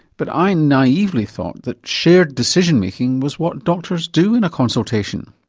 but i naively thought that shared decision making was what doctors do in a consultation.